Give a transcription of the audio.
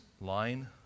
line